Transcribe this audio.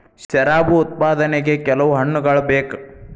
ಶರಾಬು ಉತ್ಪಾದನೆಗೆ ಕೆಲವು ಹಣ್ಣುಗಳ ಬೇಕು